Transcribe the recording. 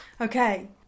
Okay